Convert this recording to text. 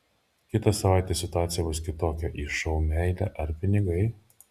kitą savaitę situacija bus kitokia į šou meilė ar pinigai